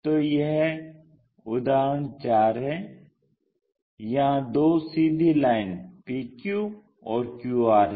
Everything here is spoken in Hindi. तो यह उदहारण 4 है यहां दो सीधी लाइन PQ और QR हैं